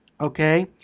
Okay